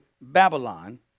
Babylon